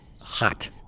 Hot